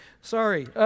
Sorry